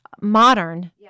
modern